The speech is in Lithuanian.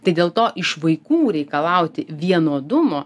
tai dėl to iš vaikų reikalauti vienodumo